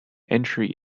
entry